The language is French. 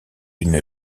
une